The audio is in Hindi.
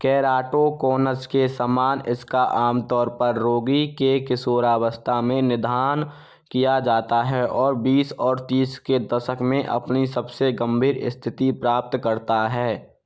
केराटोकोनस के समान इसका आम तौर पर रोगी के किशोरावस्था में निदान किया जाता है और बीस और तीस के दशक में अपनी सबसे गंभीर स्थिति प्राप्त करता है